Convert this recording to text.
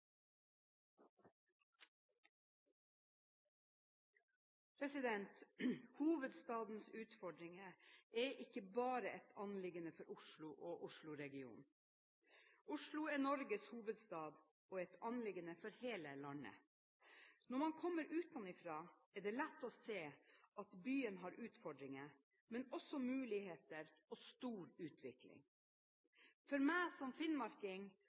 ikke bare et anliggende for Oslo og Oslo-regionen. Oslo er Norges hovedstad og et anliggende for hele landet. Når man kommer utenfra, er det lett å se at byen har utfordringer, men også muligheter og stor utvikling. Som finnmarking